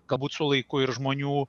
galbūt su laiku ir žmonių